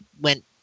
went